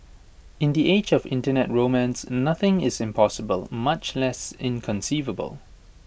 in the age of Internet romance nothing is impossible much less inconceivable